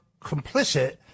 complicit